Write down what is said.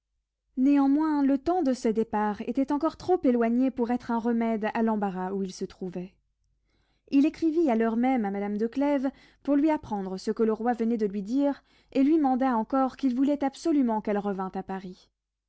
néanmoins le temps de ce départ était encore trop éloigné pour être un remède à l'embarras où il se trouvait il écrivit à l'heure même à madame de clèves pour lui apprendre ce que le roi venait de lui dire et lui manda encore qu'il voulait absolument qu'elle revînt à paris